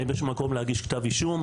האם יש מקום להגיש כתב אישום,